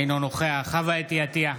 אינו נוכח חוה אתי עטייה,